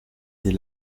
est